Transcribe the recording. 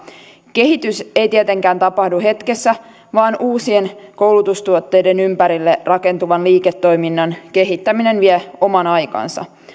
kehitys ei tietenkään tapahdu hetkessä vaan uusien koulutustuotteiden ympärille rakentuvan liiketoiminnan kehittäminen vie oman aikansa